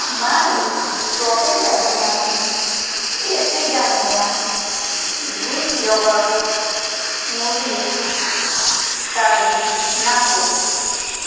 મારી સોપિંગ યાદીમાંથી Epigamia Greek yogurt smoothie કાઢી નાંખો